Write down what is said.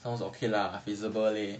sounds okay lah feasible leh